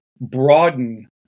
broaden